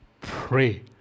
pray